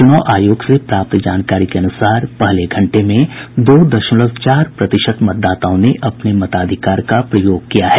चुनाव आयोग से प्राप्त जानकारी के अनुसार पहले घंटे में दो शमलव चार प्रतिशत मतदाताओं ने अपने मताधिकार का प्रयोग किया है